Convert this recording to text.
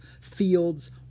fields